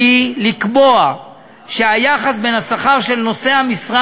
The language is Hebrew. והיא לקבוע שהיחס בין השכר של נושא המשרה